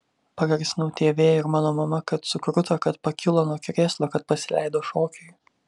pagarsinau tv ir mano mama kad sukruto kad pakilo nuo krėslo kad pasileido šokiui